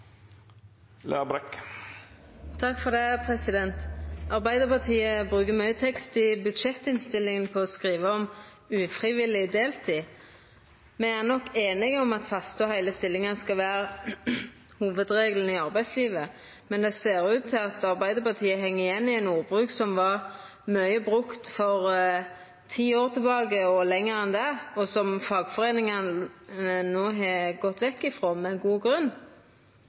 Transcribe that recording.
Arbeidarpartiet brukar mykje tekst i budsjettinnstillinga på å skriva om ufrivillig deltid. Me er nok einige om at faste og heile stillingar skal vera hovudregelen i arbeidslivet, men det ser ut til at Arbeidarpartiet heng igjen i ein ordbruk som var mykje brukt for ti år tilbake og lenger enn det, og som fagforeiningane no har gått vekk frå, med god grunn.